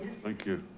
thank you.